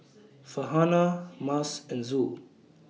Farhanah Mas and Zul